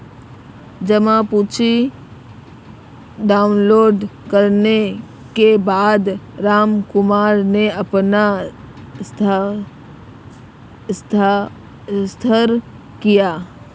जमा पर्ची डाउनलोड करने के बाद रामकुमार ने अपना हस्ताक्षर किया